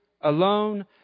alone